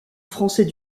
français